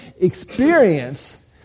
experience